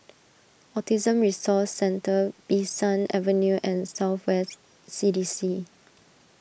Autism Resource Centre Bee San Avenue and South West C D C